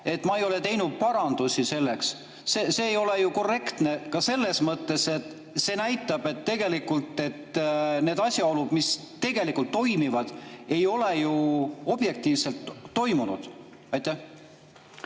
et ma ei ole teinud parandusi – see ei ole ju korrektne ka selles mõttes, et see näitab, et tegelikult need asjaolud, mis tegelikult toimivad, ei ole ju objektiivselt toimunud. Aitäh!